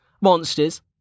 monsters